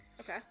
Okay